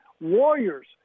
warriors